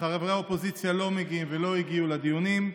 שחברי האופוזיציה לא מגיעים ולא הגיעו לדיונים,